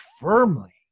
firmly